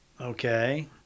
Okay